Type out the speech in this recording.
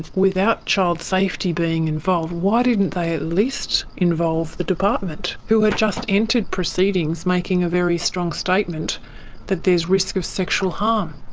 without child safety being involved. why didn't they at least involve the department, who had just entered proceedings, making a very strong statement that there's risk of sexual harm?